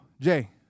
Jay